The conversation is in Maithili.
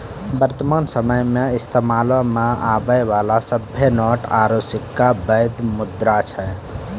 वर्तमान समयो मे इस्तेमालो मे आबै बाला सभ्भे नोट आरू सिक्का बैध मुद्रा छै